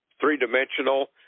three-dimensional